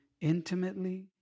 intimately